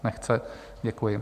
Nechce, děkuji.